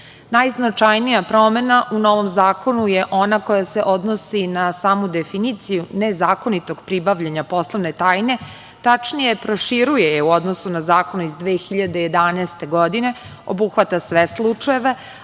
sveta. Najznačajnija promena u novom zakonu je ona koja se odnosi na samu definiciju nezakonitog pribavljanja poslovne tajne. Tačnije, proširuje je u odnosu na zakone iz 2011. godine, obuhvata sve slučajeve,